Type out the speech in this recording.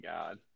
God